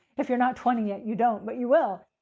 if you're not twenty yet, you don't, but you will.